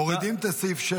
מורידים את סעיף 6,